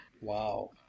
Wow